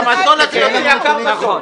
גם יקר בסוף.